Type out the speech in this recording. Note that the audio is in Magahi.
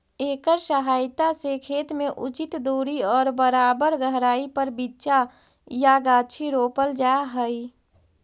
एकर सहायता से खेत में उचित दूरी और बराबर गहराई पर बीचा या गाछी रोपल जा हई